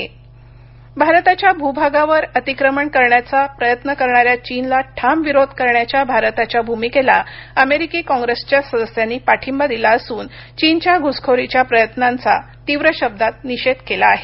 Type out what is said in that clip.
America पाठिंबा भारताच्या भूभागावर अतीक्रमण करण्याचा प्रयत्न करणाऱ्या चीनला ठाम विरोध करण्याच्या भारताच्या भूमिकेला अमेरिकी काँप्रेसच्या सदस्यांनी पाठिंबा दिला असून चीनच्या घुसखोरीच्या प्रयत्नांचा तीव्र शब्दांत निषेध केला आहे